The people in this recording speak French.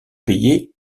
payé